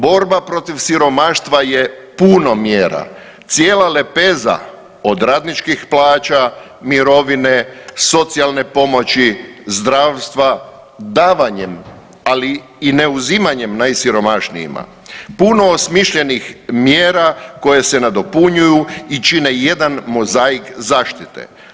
Borba protiv siromaštva je puno mjera, cijela lepeza od radničkih plaća, mirovine, socijalne pomoći, zdravstva , davanjem, ali i ne uzimanjem najsiromašnijima, puno osmišljenih mjera koje se nadopunjuju i čine jedan mozaik zaštite.